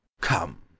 come